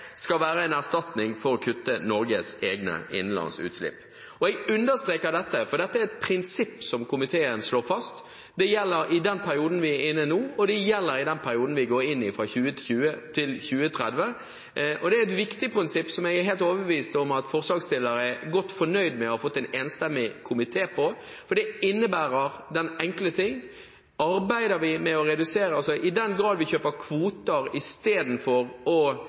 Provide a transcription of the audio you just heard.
skal være en erstatning for å kutte Norges egne innenlands utslipp.» Jeg understreker dette, for dette er et prinsipp som komiteen slår fast. Det gjelder i den perioden vi er inne i nå, og det gjelder i den perioden vi går inn i fra 2021 til 2030. Det er et viktig prinsipp som jeg er helt overbevist om at forslagsstiller er godt fornøyd med å ha fått en enstemmig komité med på, for det innebærer den enkle ting at i den grad vi kjøper kvoter istedenfor å gjøre oppfylling av klimareduserende tiltak i Norge, skal vi kjøpe EU-kvoter for å